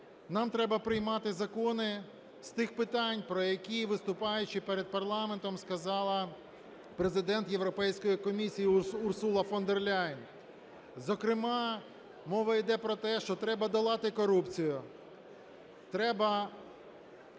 Нам треба приймати закони з тих питань, про які, виступаючи перед парламентом, сказала Президент Європейської комісії Урсула фон дер Ляєн. Зокрема, мова йде про те, що треба долати корупцію, треба